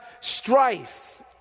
strife